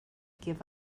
give